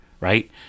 right